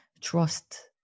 trust